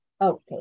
Okay